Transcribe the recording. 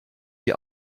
die